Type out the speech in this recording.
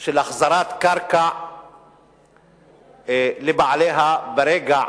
של החזרת קרקע לבעליה ברגע,